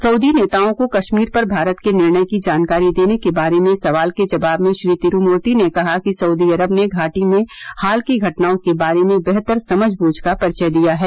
सर्रदी नेताओं को कश्मीर पर भारत के निर्णय की जानकारी देने के बारे में सवाल के जवाब में श्री तिरुमूर्ति ने कहा कि सऊदी अरब ने घाटी में हाल की घटनाओं के बारे में बेहतर समझबूझ का परिचय दिया है